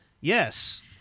Yes